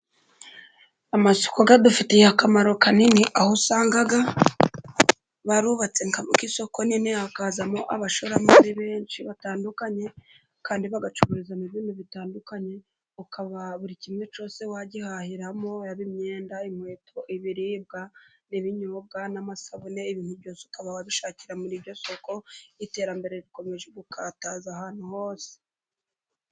Amasoko adufitiye akamaro kanini, aho usanga barubatse nk'isoko rinini hakazamo abashoramari benshi batandukanye, kandi bagacuruzamo ibintu bitandukanye, ukaba buri kimwe cyose wagihahiramo, yaba imyenda, inkweto, ibiribwa, ibinyobwa n'amasabune, ibintu byose ukaba wabishakira muri iryo soko. Iterambere rikomeje gukataza ahantu hose.